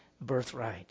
birthright